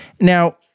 Now